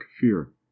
fear